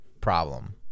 problem